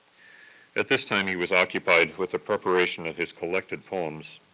at this time he was occupied with the preparation of his collected poems